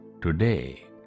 today